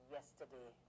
yesterday